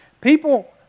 people